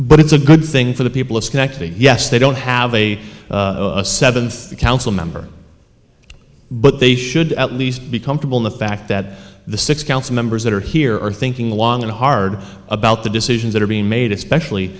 but it's a good thing for the people it's connecting yes they don't have a seventh council member but they should at least be comfortable in the fact that the six council members that are here are thinking long and hard about the decisions that are being made especially